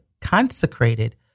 consecrated